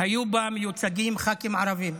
היו מיוצגים ח"כים ערבים.